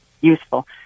useful